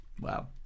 Wow